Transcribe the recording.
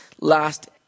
last